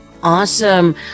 awesome